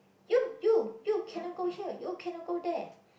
you you you cannot go here you cannot go there